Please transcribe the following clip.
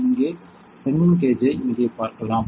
இங்கே நீங்கள் பென்னிங் கேஜை இங்கே பார்க்கலாம்